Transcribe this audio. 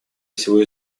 всего